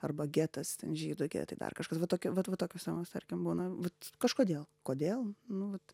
arba getas ten žydų getai dar kažkas va tokie vat va tokios temos tarkim būna vat kažkodėl kodėl nu vat